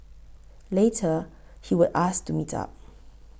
later he would ask to meet up